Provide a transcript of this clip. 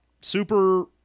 super